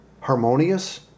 harmonious